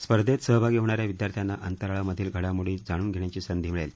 स्पर्धेत सहभागी होणा या विदयार्थ्यांना अंतराळामधील घडामोडी जाणून घेण्याची संधी मिळेल